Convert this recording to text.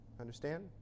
Understand